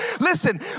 Listen